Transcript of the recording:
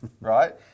right